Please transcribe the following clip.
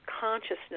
consciousness